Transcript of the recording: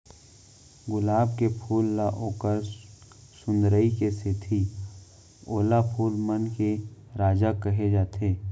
गुलाब के फूल ल ओकर सुंदरई के सेती ओला फूल मन के राजा कहे जाथे